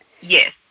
Yes